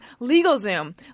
LegalZoom